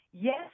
Yes